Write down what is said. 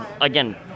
again